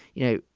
you know,